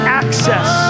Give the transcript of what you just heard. access